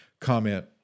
comment